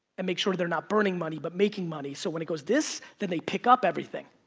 and make sure they're not burning money but making money, so when it goes this, then they pick up everything.